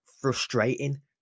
frustrating